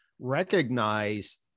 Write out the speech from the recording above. recognize